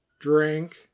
drink